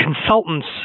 consultants